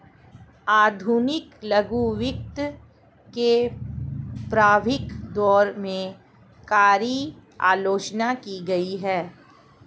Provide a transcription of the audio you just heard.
आधुनिक लघु वित्त के प्रारंभिक दौर में, कड़ी आलोचना की गई